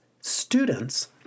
students